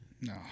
no